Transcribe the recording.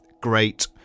great